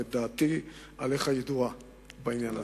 ודעתי עליך ידועה בעניין הזה.